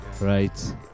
right